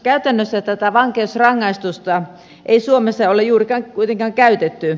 käytännössä tätä vankeusrangaistusta ei suomessa ole juurikaan kuitenkaan käytetty